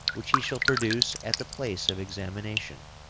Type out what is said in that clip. which he shall produce at the place of examination